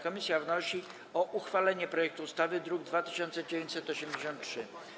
Komisja wnosi o uchwalenie projektu ustawy z druku nr 2983.